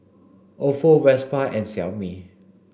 Ofo Vespa and Xiaomi